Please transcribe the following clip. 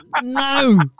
No